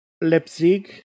Leipzig